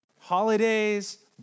Holidays